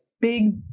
big